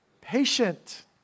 patient